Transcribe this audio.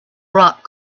rock